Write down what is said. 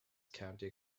country